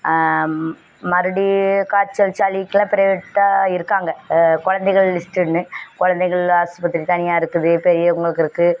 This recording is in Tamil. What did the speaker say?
மறுபடி காய்ச்சல் சளிக்கெலாம் பிரைவேட் தான் இருக்காங்க கொழந்தைகள் லிஸ்ட்டுன்னு கொழந்தைகள் ஆஸ்பத்திரி தனியாக இருக்குது பெரியவங்களுக்கு இருக்குது